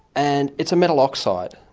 and it's a metal oxide.